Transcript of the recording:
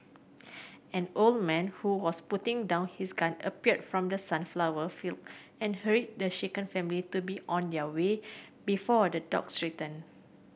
an old man who was putting down his gun appeared from the sunflower field and hurried the shaken family to be on their way before the dogs return